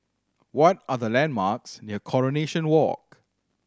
what are the landmarks near Coronation Walk